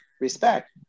respect